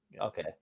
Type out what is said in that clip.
Okay